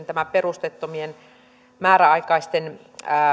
tämä perusteettomien määräaikaisten